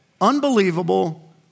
unbelievable